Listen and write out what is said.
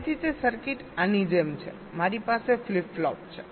તેથી તે સર્કિટ આની જેમ છે મારી પાસે ફ્લિપ ફ્લોપ છે